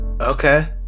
Okay